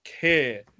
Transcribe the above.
care